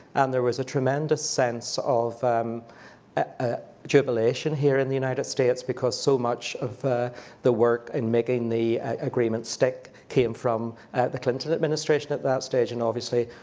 and there was a tremendous sense of jubilation, here in the united states, because so much of the work in making the agreement stick came from the clinton administration at that stage, and obviously,